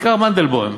כיכר מנדלבאום,